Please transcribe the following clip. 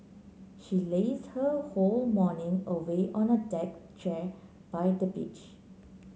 she laze her whole morning away on a deck chair by the beach